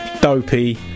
dopey